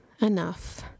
enough